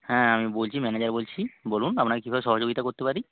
হ্যাঁ আমি বলছি ম্যানেজার বলছি বলুন আপনার কীভাবে সহযোগিতা করতে পারি